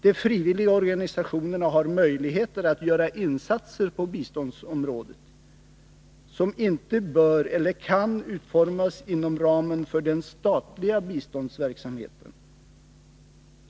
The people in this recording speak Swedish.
De frivilliga organisationerna har möjligheter att göra insatser på biståndsområdet som inte bör eller kan utföras inom ramen för den statliga biståndsverksamheten.